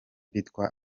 bitwa